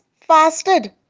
fasted